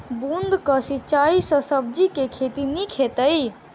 बूंद कऽ सिंचाई सँ सब्जी केँ के खेती नीक हेतइ?